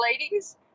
ladies